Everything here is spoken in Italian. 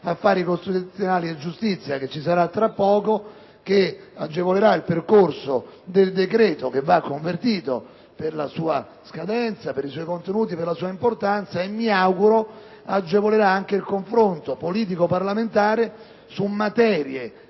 affari costituzionali e giustizia che ci sarà tra poco, che agevola il percorso del decreto, che va convertito per la sua importanza, per la sua scadenza e per i suoi contenuti, e mi auguro agevoli anche un confronto politico-parlamentare su materie